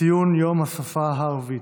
ציון יום השפה הערבית,